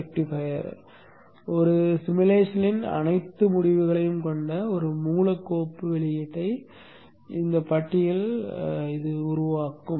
ஒரு உருவகப்படுத்துதலின் அனைத்து முடிவுகளையும் கொண்ட ஒரு மூல கோப்பு வெளியீட்டை பட்டியல் உருவாக்கும்